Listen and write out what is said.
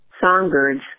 Songbirds